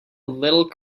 little